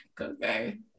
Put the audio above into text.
okay